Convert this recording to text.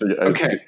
okay